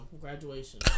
Graduation